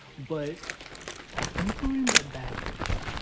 but i think we're in the bad place